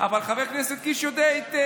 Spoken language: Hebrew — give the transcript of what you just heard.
אבל חבר הכנסת קיש יודע היטב,